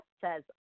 says